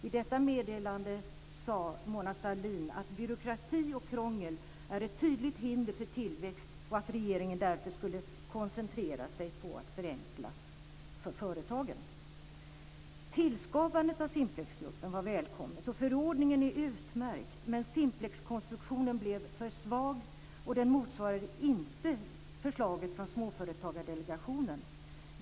I detta meddelande sade Mona Sahlin att byråkrati och krångel är ett tydligt hinder för tillväxt och att regeringen därför skulle koncentrera sig på att förenkla för företagen. Tillskapandet av Simplexkommissionen var välkommet, och förordningen är utmärkt. Men Simplexkonstruktionen blev för svag och motsvarade inte förslaget från Småföretagsdelegationen.